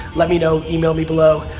let me know. email me below.